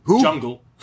Jungle